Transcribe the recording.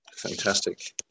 Fantastic